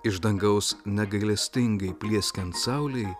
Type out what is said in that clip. iš dangaus negailestingai plieskiant saulei